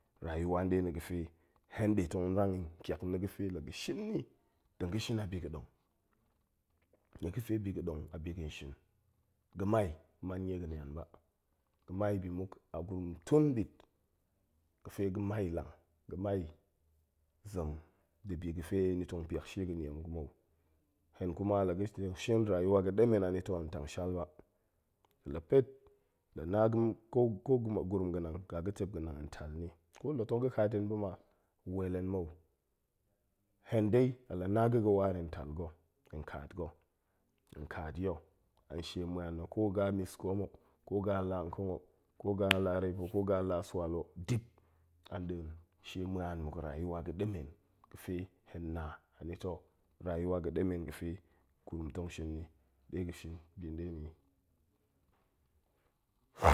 Rayuwa na̱ ga̱fe hen ɗe tong rang i nƙiak na̱ ga̱fe la ga̱ shin ni, tong ga̱ shin a bi ga̱ ɗong, nie ga̱fe bi ga̱ dong a bi ga̱n shi. ga̱mai man nie ga̱ nian ba, ga̱mai bi muk a gurum tun ɓit ga̱fe ga̱mai lang, zem ndibi ga̱fe ni tong piak shie ga̱nie muk mou, hen kuma laga shin rayuwa ga̱ ɗemen anoto hen tang shal ba. la pet, la na ko gurum ga̱nang ƙaga̱tep ga̱nang, hen tal ni, ko la tong ga̱ kaat hen bama, wel hen mou, hen dei hen la na ga̱ ga̱ waar, hen tal ga̱, hen kaat ga̱, hen kaat ya̱ an shie na̱an na̱, ko ga̱ a miskoom o, ko ga̱ a laa nkongo, ko ga̱ a lareepo, ko ga̱ a lasual o, dip a nɗin shie ma̱an muk rayuwa ga̱ ɗemen ga̱fe hen na anito, rayuwa ga̱ɗemen ga̱fe gurum tong shin ni ɗe ga̱ ga̱ shin bi nɗe ni i.